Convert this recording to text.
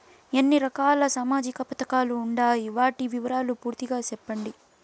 ఎన్ని రకాల సామాజిక పథకాలు ఉండాయి? వాటి వివరాలు పూర్తిగా సెప్పండి?